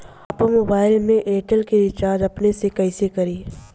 आपन मोबाइल में एयरटेल के रिचार्ज अपने से कइसे करि?